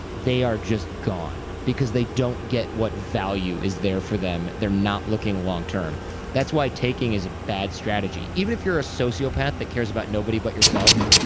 they are just gone because they don't get what value is there for them. they're not looking long term that's why taking is a bad strategy. even if you're a sociopath that cares about nobody but yourself,